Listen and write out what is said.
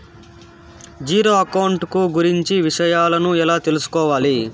Zero account కు గురించి విషయాలను ఎలా తెలుసుకోవాలి?